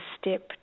step